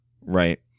right